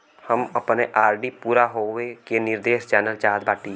हम अपने आर.डी पूरा होवे के निर्देश जानल चाहत बाटी